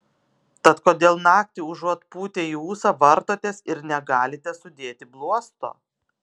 tad kodėl naktį užuot pūtę į ūsą vartotės ir negalite sudėti bluosto